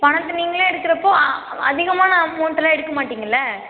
பணத்தை நீங்களே எடுக்கிறப்போ அ அதிகமான அமௌண்ட் எல்லாம் எடுக்க மாட்டீங்களே